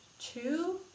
two